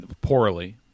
Poorly